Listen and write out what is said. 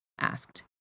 asked